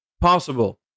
possible